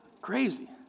Crazy